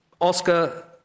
Oscar